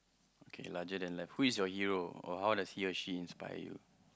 okay larger than life who is your hero or how does he or she inspire you